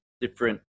different